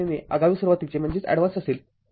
जर ते t0 ने आगाऊ सुरुवातीचे असेल